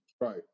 Right